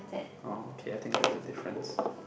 okay I think that's the difference